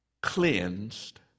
cleansed